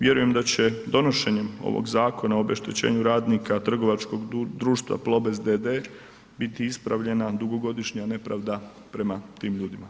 Vjerujem da će donošenjem ovog Zakona o obeštećenju radnika trgovačkog društva Plobest d.d. biti ispravljana dugogodišnja nepravda prema tim ljudima.